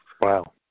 Wow